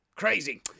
crazy